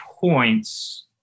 points